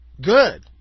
Good